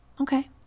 Okay